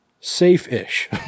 safe-ish